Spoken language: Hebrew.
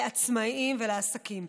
לעצמאים ולעסקים.